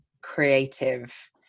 Creative